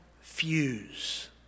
fuse